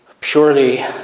purely